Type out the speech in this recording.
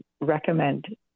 recommend